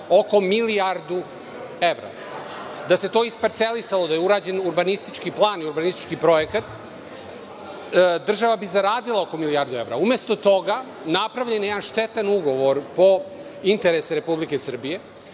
oko milijardu evra. Da se to isparcelisalo, da je urađen urbanistički plan i urbanistički projekat, država bi zaradila oko milijardu evra. Umesto toga, napravljen je jedan štetan ugovor po interes Republike Srbije,